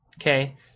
Okay